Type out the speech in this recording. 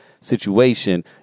situation